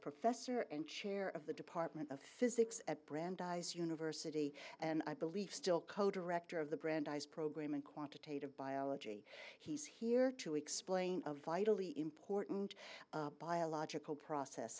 professor and chair of the department of physics at brandeis university and i believe still co director of the brandeis program in quantitative biology he's here to explain a vitally important biological process